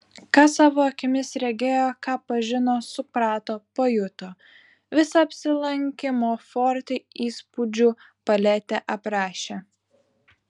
ką savo akimis regėjo ką pažino suprato pajuto visą apsilankymo forte įspūdžių paletę aprašė